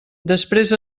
després